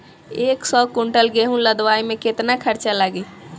एक सौ कुंटल गेहूं लदवाई में केतना खर्चा लागी?